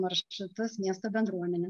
maršrutus miesto bendruomenę